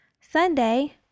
Sunday